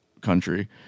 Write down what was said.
country